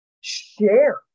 share